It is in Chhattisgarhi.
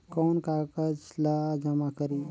कौन का कागज ला जमा करी?